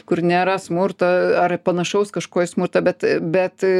kur nėra smurto ar panašaus kažko į smurtą bet bet